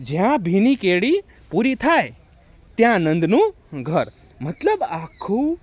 જ્યાં ભીની કેડી પૂરી થાય ત્યાં નંદનું ઘર મતલબ આખું